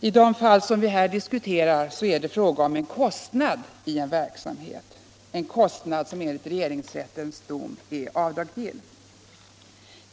I de fall som vi diskuterar är det fråga om kostnad i en verksamhet, en kostnad som enligt regeringsrättens dom är avdragsgill.